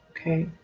okay